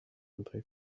andré